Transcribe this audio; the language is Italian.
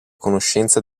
conoscenza